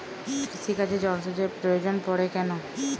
কৃষিকাজে জলসেচের প্রয়োজন পড়ে কেন?